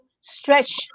stretch